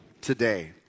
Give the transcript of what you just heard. today